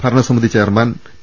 ഭരണസമിതി chairman P